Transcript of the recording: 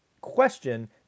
question